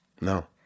No